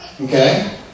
Okay